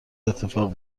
اتفاق